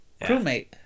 crewmate